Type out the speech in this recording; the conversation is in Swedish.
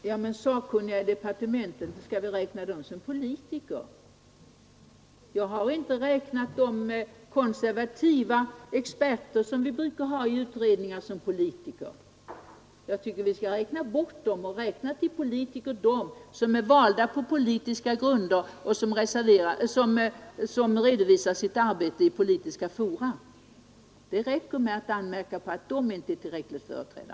Herr talman! Sakkunniga i departementen skall vi väl inte räkna som politiker. Jag har inte betraktat de konservativa experter som vi brukar ha i utredningar som politiker. Jag tycker vi skall räkna bort dem och som politiker se dem som är valda på politiska grunder och som redovisar sitt arbete i politiska fora. Det räcker med att anmärka på att dessa inte är tillräckligt företrädda.